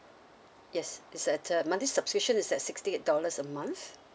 yes it's at um monthly subscription is at sixty eight dollars a month